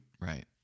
Right